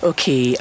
Okay